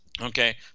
Okay